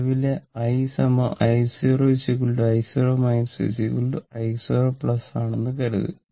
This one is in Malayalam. നിലവിലെ i i0 i0 i0ആണെന്ന് കരുതുക